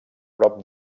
prop